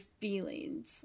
feelings